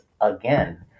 again